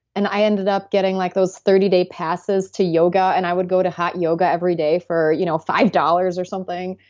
and i ended up getting like those thirty day passes to yoga. and i would go to hot yoga every day for you know five dollars or something.